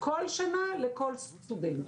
כל שנה לכל סטודנט.